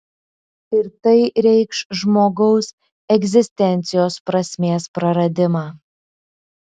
ir tai reikš žmogaus egzistencijos prasmės praradimą